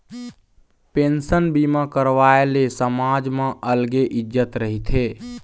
pension बीमा करवाए ले समाज म अलगे इज्जत रहिथे